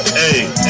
hey